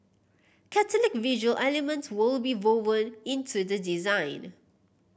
Catholic visual elements will be woven into the design